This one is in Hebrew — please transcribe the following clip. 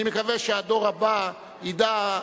אני מקווה שהדור הבא ידע,